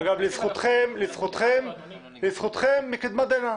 אגב, לזכותכם מקדמת דנא,